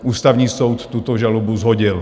Ústavní soud tuto žalobu shodil.